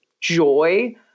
joy